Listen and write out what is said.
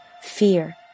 fear